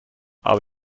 aber